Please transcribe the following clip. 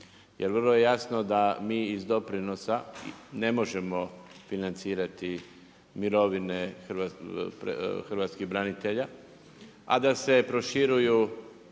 Jer vrlo je jasno da mi iz doprinosa ne možemo financirati mirovine hrvatskih branitelja a da se proširuju